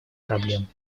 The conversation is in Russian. проблем